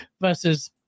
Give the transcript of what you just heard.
versus